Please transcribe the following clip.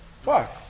Fuck